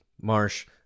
Marsh